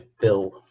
bill